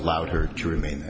allowed her to remain